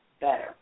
better